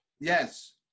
Yes